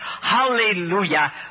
hallelujah